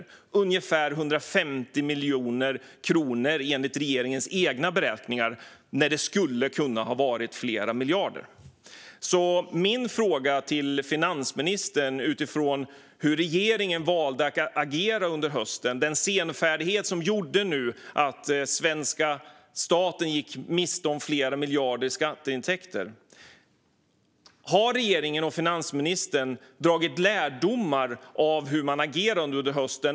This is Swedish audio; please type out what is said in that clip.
Det blev ungefär 150 miljoner kronor, enligt regeringens egna beräkningar, när det skulle ha kunnat vara flera miljarder. Jag har några frågor till finansministern utifrån hur regeringen valde att agera under hösten med den senfärdighet som gjorde att den svenska staten gick miste om flera miljarder i skatteintäkter. Har regeringen och finansministern dragit lärdomar av hur man agerade under hösten?